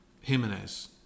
Jimenez